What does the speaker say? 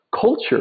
culture